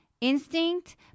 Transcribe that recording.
instinct